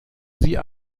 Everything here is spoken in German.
sie